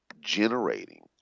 generating